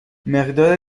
مقدار